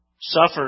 suffered